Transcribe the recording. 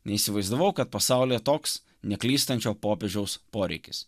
neįsivaizdavau kad pasaulyje toks neklystančio popiežiaus poreikis